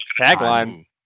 tagline